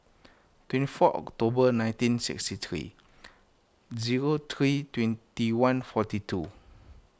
twenty four October nineteen sixty three zero three twenty one forty two